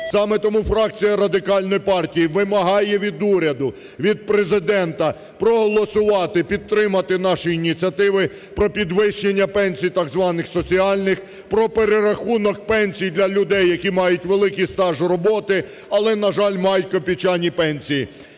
Саме тому фракція Радикальної партії вимагає від уряду, від Президента проголосувати, підтримати наші ініціативи про підвищення пенсій так званих соціальних, про перерахунок пенсій для людей, які мають великий стаж роботи, але, на жаль, мають копійчані пенсії.